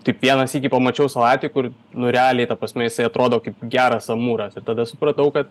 taip vieną sykį pamačiau salatį kur nu realiai ta prasme jisai atrodo kaip geras amūras ir tada supratau kad